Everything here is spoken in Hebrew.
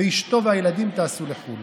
ואשתו והילדים טסו לחו"ל.